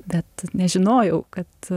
bet nežinojau kad